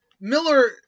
Miller